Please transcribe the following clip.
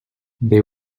they